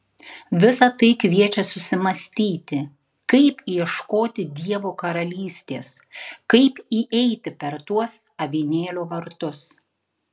visa tai kviečia susimąstyti kaip ieškoti dievo karalystės kaip įeiti per tuos avinėlio vartus